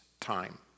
time